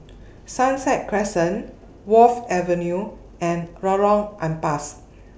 Sunset Crescent Wharf Avenue and Lorong Ampas